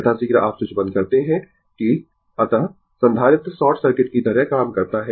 यथाश्रीघ्र आप स्विच बंद करते है कि अतः संधारित्र शॉर्ट सर्किट की तरह काम करता है